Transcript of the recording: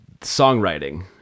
songwriting